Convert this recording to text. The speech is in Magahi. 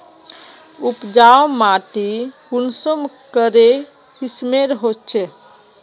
उपजाऊ माटी कुंसम करे किस्मेर होचए?